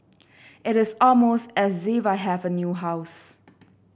it is almost as if I have a new house